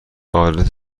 آدرس